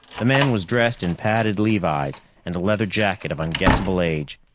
the man was dressed in padded levis and a leather jacket of unguessable age.